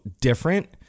different